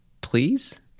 Please